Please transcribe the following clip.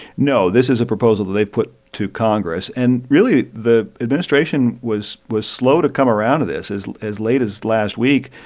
no. this is a proposal that they've put to congress. and really, the administration was was slow to come around to this. as late as last week,